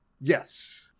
yes